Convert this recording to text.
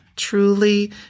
truly